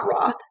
Roth